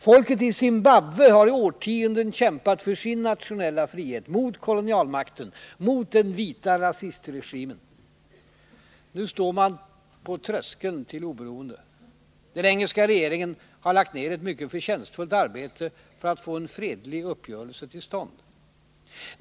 Folket i Zimbabwe har i årtionden kämpat för sin nationella frihet — mot kolonialmakten, mot den vita rasistregimen. Nu står man på tröskeln till oberoende. Den engelska regeringen har lagt ner ett mycket förtjänstfullt arbete för att få en fredlig uppgörelse till stånd.